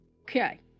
Okay